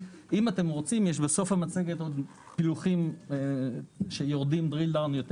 בסוף המצגת יש פילוחים שיורדים יותר לפרטים.